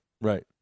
Right